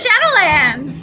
Shadowlands